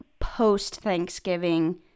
post-thanksgiving